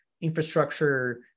infrastructure